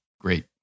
great